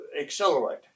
accelerate